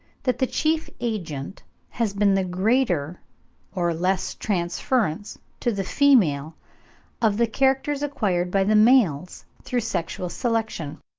that the chief agent has been the greater or less transference to the female of the characters acquired by the males through sexual selection.